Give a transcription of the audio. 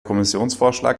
kommissionsvorschlag